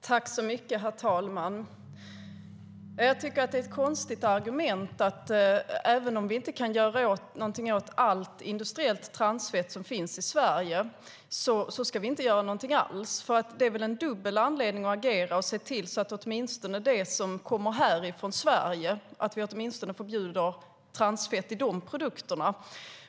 Herr talman! Jag tycker att det är ett konstigt argument att vi om vi inte kan göra något åt allt industriellt transfett som finns i Sverige inte ska göra någonting alls. Det är väl en dubbel anledning att agera och se till att åtminstone förbjuda transfetter i de produkter som kommer från Sverige.